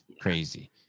Crazy